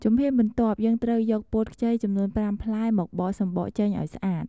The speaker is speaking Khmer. ជំហានបន្ទាប់ យើងត្រូវយកពោតខ្ចីចំនួន៥ផ្លែមកបកសំបកចេញឱ្យស្អាត។